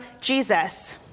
Jesus